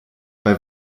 bei